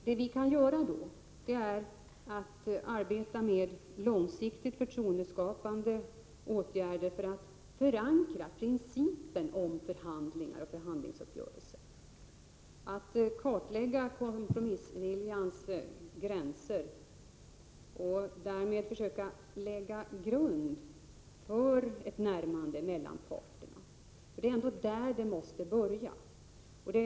Det vi då kan göra är att arbeta med långsiktigt förtroendeskapande åtgärder för att förankra principen om förhandlingar och förhandlingsuppgörelser, att kartlägga kompromissviljans gränser och därmed försöka lägga en grund för ett närmande mellan parterna. Det är ändå där det hela måste börja.